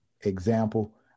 Example